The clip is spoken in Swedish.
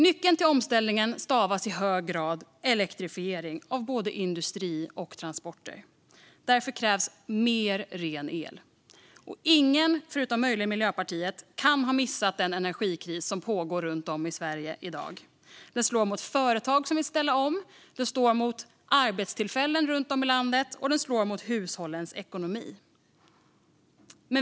Nyckeln till omställningen stavas i hög grad elektrifiering av både industri och transporter. Därför krävs mer ren el. Ingen, förutom möjligen Miljöpartiet, kan ha missat den energikris som pågår runt om i Sverige i dag. Den slår mot företag som vill ställa om, den slår mot arbetstillfällen runt om i landet och den slår mot hushållens ekonomi.